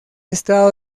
estado